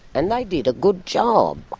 and they did a good job.